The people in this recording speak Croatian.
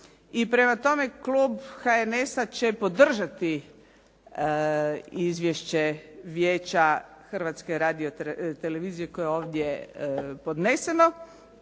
I prema tome, klub HNS-a će podržati izvješće Vijeća Hrvatske radiotelevizije koje je ovdje podneseno.